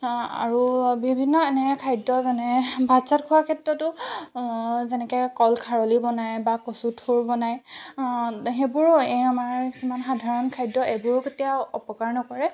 আৰু বিভিন্ন এনেকৈ খাদ্য যেনে ভাত চাত খোৱা ক্ষেত্ৰতো যেনেকৈ কল খাৰলি বনায় বা কচুঠোৰ বনায় সেইবোৰ এই আমাৰ কিছুমান সাধাৰণ খাদ্য এইবোৰ কেতিয়াও অপকাৰ নকৰে